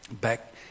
back